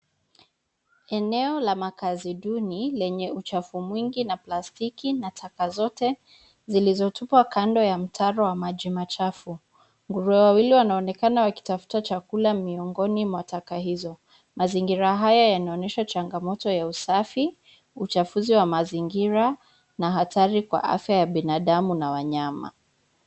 Eneo la makazi duni lenye uchafu mwingi na plastiki na taka zote zilizotupwa kando ya mtaro wa maji machafu. Nguruwe wawili wanaonekana wakitafuta chakula miongoni mwa taka hizo. Mazingira haya yanaoyesha changa moto ya usafi, uchafuzi wa mazingira na hatari kwa afya ya binadamu na wanyama.